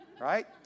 right